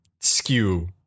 skew